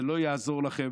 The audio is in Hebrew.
זה לא יעזור לכם.